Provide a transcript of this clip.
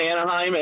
Anaheim